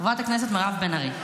חברת הכנסת מירב בן ארי.